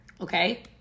Okay